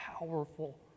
powerful